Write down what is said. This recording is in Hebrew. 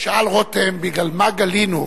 שאל רותם בגלל מה גלינו.